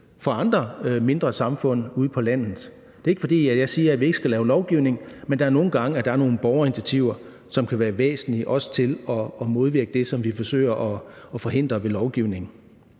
for andre mindre samfund ude på landet. Det er ikke, fordi jeg siger, at vi ikke skal lave lovgivning, men der er nogle gange nogle borgerinitiativer, som også kan være væsentlige til at modvirke det, som vi forsøger at forhindre ved lovgivning.